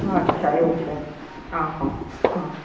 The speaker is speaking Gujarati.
અચ્છા એવું છે હા હા હા